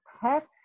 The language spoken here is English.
pets